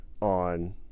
on